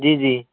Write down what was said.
جی جی